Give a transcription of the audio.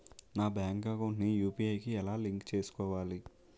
నా bank account ని UPI కి ఎలా లింక్ చేసుకోవాలి?